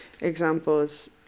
examples